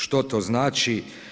Što to znači?